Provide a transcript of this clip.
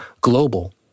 global